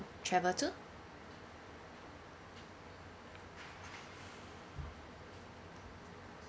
travel to